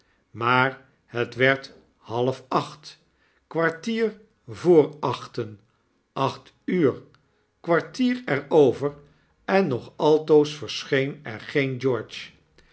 maar het werd halfacht kwartier voor achten acht uur kwartier er over en nog altoos verscheen er geen george